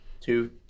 two